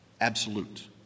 absolute